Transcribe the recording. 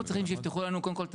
אנחנו צריכים שיפתחו לנו קודם כל את